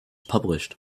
published